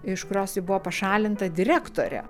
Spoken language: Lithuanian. iš kurios ji buvo pašalinta direktorė